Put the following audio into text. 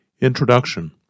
Introduction